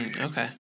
Okay